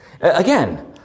Again